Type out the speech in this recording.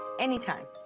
anytime.